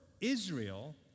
Israel